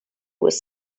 was